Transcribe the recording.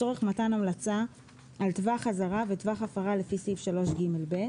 לצורך מתן המלצה על טווח אזהרה וטווח הפרה לפי סעיף 3ג(ב);